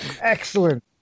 Excellent